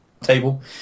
table